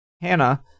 Hannah